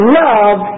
love